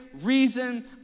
reason